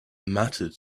mattered